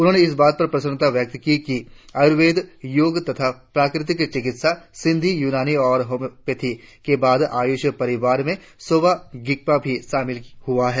उन्होंने इस बात पर प्रसन्नता व्यक्त की कि आयुर्वेद योग तथा प्राकृतिक चिकित्सा सिद्ध यूनानी और होम्योपैथी के बाद आयूष परिवार में सोवा रिगपा भी शामिल हुआ है